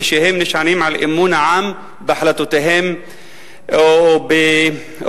כשהם נשענים על אמון העם בהחלטותיהם או בכוונותיהם.